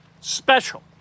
special